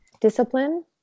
discipline